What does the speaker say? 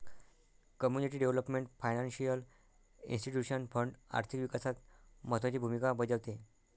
community development financial institution fund आर्थिक विकासात महत्त्वाची भूमिका बजावते